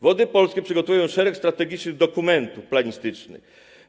Wody Polskie przygotowują szereg strategicznych dokumentów planistycznych.